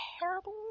terrible